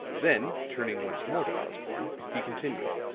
then turning once more to osborne, he continued.